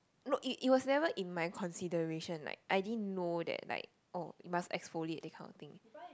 no it it was never in my consideration like I didn't know that like oh you must exfoliate that kind of thing